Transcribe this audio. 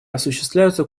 осуществляются